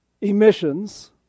Emissions